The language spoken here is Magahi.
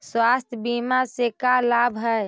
स्वास्थ्य बीमा से का लाभ है?